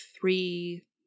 three